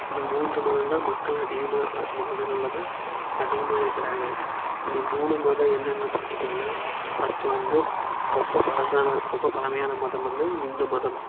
இந்த மூன்று மதம் தான் மக்கள் அதிகமாக அ மககங்கள்ல தான் அதிகமாக இருக்கறாங்க இந்த மூணு மதம் என்னென்ன பார்த்துட்டிங்கனா பர்ஸ்ட்டு வந்து ரொம்ப பழசான ரொம்ப பழமையான மதம் வந்து இந்து மதம்